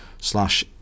slash